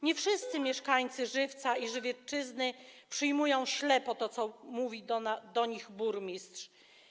Nie wszyscy mieszkańcy Żywca i Żywiecczyzny przyjmują ślepo to, co mówi do nich burmistrz.